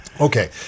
Okay